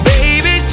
Baby